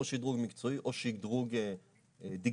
או שדרוג מקצועי או שדרוג דיגיטלי,